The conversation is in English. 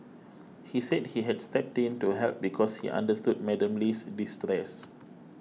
he said he had stepped in to help because he understood Madam Lee's distress